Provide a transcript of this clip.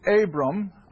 Abram